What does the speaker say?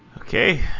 Okay